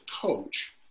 coach